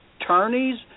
attorneys